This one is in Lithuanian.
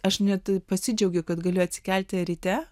aš net pasidžiaugiu kad galiu atsikelti ryte